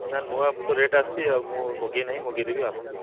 ନା ନୂଆ ଏବେ ତ ରେଟ୍ ଆସଛି ଆଉ ମୁଁ ମଗାଇ ନାହିଁ ମଗାଇ ଦେବି ଆସନ୍ତୁ